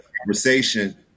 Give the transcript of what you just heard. conversation